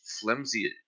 flimsy